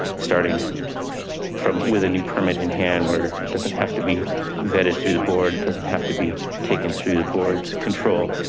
starting from, with a new permit in hand where it doesn't have to be vetted through the board. it doesn't have to be taken through the board's control,